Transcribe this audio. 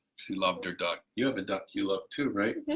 she loved her duck. you have a duck you love too, right?